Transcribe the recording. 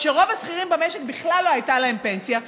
שלרוב השכירים במשק בכלל לא הייתה פנסיה,